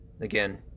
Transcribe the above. Again